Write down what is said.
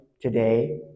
today